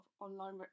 online